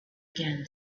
again